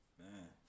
man